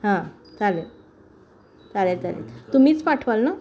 हां चालेल चालेल चालेल तुम्हीच पाठवाल ना